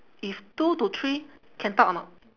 if two to three can talk or not